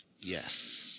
Yes